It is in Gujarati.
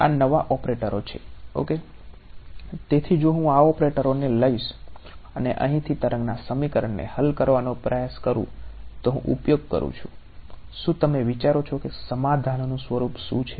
તેથી જો હું આ ઓપરટેરને લઈશ અને અહીંથી તરંગના સમીકરણને હલ કરવાનો પ્રયાસ કરું તો હું ઉપયોગ કરું છું શું તમે વિચારો છો કે સમાધાનનું સ્વરૂપ શુ છે